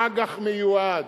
אג"ח מיועד,